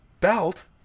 belt